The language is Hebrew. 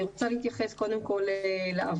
אני רוצה להתייחס קודם כול לעבר.